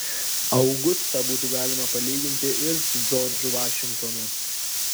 augustą būtų galima palyginti ir su džordžu vašingtonu